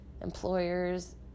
employers